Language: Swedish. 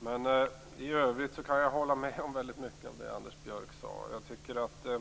kan bättra sig. I övrigt kan jag hålla med om väldigt mycket av det Anders Björck sade.